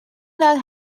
that